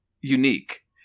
unique